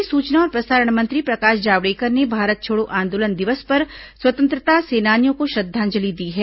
केंद्रीय सूचना और प्रसारण मंत्री प्रकाश जावड़ेकर ने भारत छोड़ो आंदोलन दिवस पर स्वतंत्रता सेनानियों को श्रद्धांजलि दी है